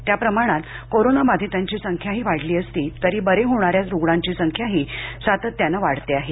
त्या प्रमाणात कोरोनाबाधितांची संख्याही वाढती असली तरी बरे होणाऱ्या रुग्णांची संख्याही सातत्यानं वाढते आहे